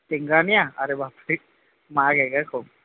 सिंघानिया अरे बापरे महाग आहे गं खूप